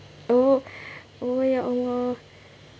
oh oh ya allah